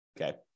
Okay